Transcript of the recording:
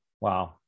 Wow